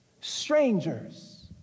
Strangers